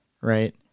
Right